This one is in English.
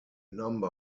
number